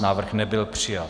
Návrh nebyl přijat.